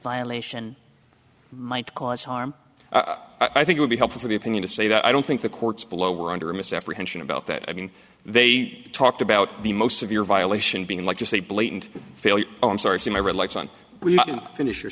violation might cause harm i think would be helpful for the opinion to say that i don't think the courts below were under a misapprehension about that i mean they talked about the most of your violation being like just a blatant failure oh i'm sorry see my red lights on finish your